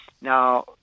Now